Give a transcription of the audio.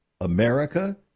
America